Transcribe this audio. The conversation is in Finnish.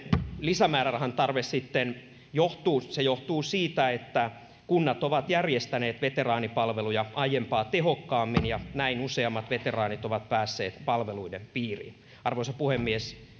lisämäärärahan tarve sitten johtuu se johtuu siitä että kunnat ovat järjestäneet veteraanipalveluja aiempaa tehokkaammin ja näin useammat veteraanit ovat päässeet palveluiden piiriin arvoisa puhemies